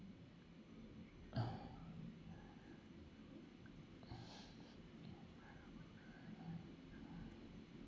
uh